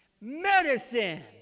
Medicine